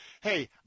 Hey